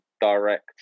direct